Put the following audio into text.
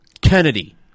Kennedy –